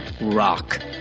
rock